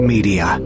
Media